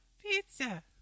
pizza